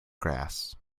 grass